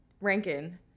Rankin